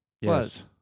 Yes